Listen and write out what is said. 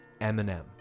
Eminem